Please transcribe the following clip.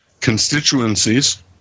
constituencies